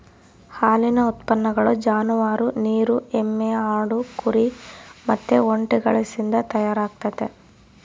ಹಾಲಿನ ಉತ್ಪನ್ನಗಳು ಜಾನುವಾರು, ನೀರು ಎಮ್ಮೆ, ಆಡು, ಕುರಿ ಮತ್ತೆ ಒಂಟೆಗಳಿಸಿಂದ ತಯಾರಾಗ್ತತೆ